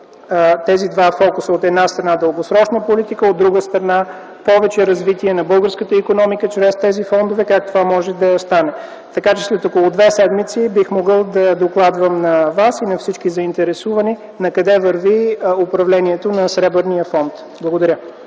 тези два фокуса - от една страна, дългосрочна политика, от друга страна, повече развитие на българската икономика чрез тези фондове, как това може да стане. След около две седмици бих могъл да докладвам на Вас и всички заинтересовани накъде върви управлението на Сребърния фонд. Благодаря.